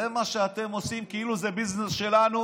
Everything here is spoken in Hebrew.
זה מה שאתם עושים, כאילו זה ביזנס שלנו.